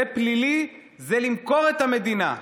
זה פלילי, זה למכור את המדינה.